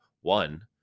One